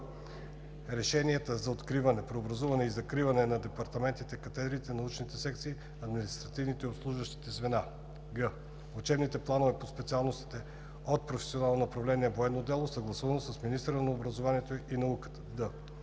решенията за откриване, преобразуване и закриване на департаменти, катедри, научни секции, административни и обслужващи звена; г) учебните планове по специалностите от професионално направление „Военно дело“, съгласувано с министъра на образованието и науката; д)